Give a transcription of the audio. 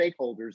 stakeholders